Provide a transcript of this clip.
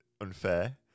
unfair